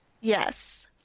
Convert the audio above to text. Yes